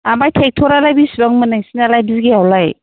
ओमफ्राय टेकटरालाय बेसेबां मोनो नोंसोरनालाय बिगायावलाय